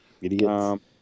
Idiots